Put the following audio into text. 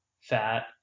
fat